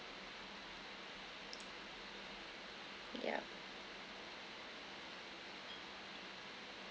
yup